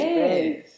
Yes